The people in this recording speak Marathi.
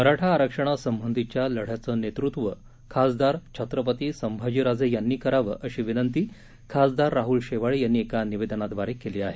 मराठा आरक्षणसंबंधीच्या लढ्याचे नेतृत्व खासदार छत्रपती संभाजीराजे यांनी करावे अशी विनंती खासदार राहुल शेवाळे यांनी एका निवेदनाद्वारे केली आहे